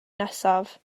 nesaf